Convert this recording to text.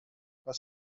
pas